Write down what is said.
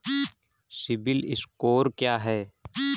CIBIL score क्या है?